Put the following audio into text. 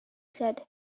said